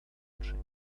marching